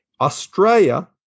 Australia